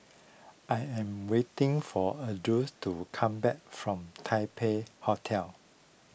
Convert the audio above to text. I am waiting for Ardyce to come back from Taipei Hotel